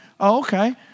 Okay